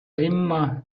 римма